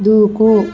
దూకు